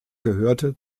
gehörte